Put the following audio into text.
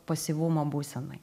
pasyvumo būsenoj